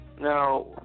Now